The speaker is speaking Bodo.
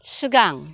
सिगां